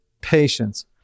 patience